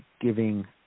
giving